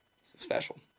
special